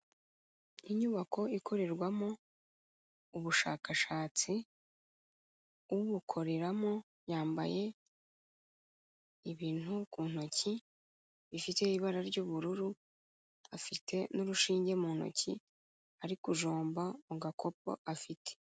Inyubako ikorerwamo ubushakashatsi, ubukoreramo yambaye ibintu ku ntoki bifite ibara ry'ubururu, afite n'urushinge mu ntoki ari kujomba mu gakopo afite.